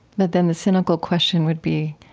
but then the cynical question would be